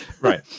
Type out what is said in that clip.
Right